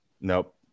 Nope